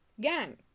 gang